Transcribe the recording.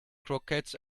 croquettes